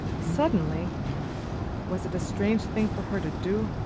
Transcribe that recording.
suddenly was it a strange thing for her to do